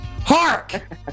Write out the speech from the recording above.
hark